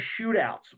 shootouts